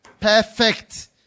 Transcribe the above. perfect